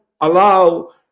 allow